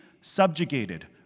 subjugated